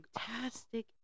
fantastic